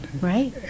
Right